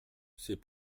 c’est